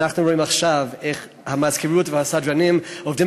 אנחנו רואים עכשיו איך המזכירות והסדרנים עובדים